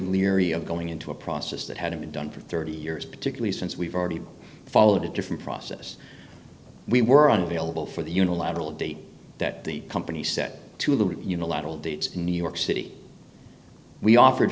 leery of going into a process that hadn't been done for thirty years particularly since we've already followed a different process we were unavailable for the unilateral date that the company set to the unilateral date in new york city we offered